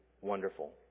wonderful